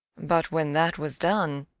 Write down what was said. but when that was done,